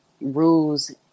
rules